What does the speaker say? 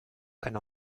eine